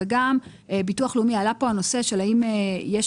וגם עלה פה הנושא של האם לביטוח הלאומי יש